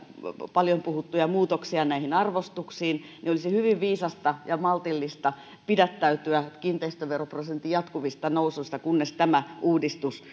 paljon puhuttuja muutoksia näihin arvostuksiin olisi hyvin viisasta ja maltillista pidättäytyä kiinteistöveroprosentin jatkuvista nousuista kunnes tämä uudistus